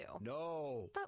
No